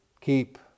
keep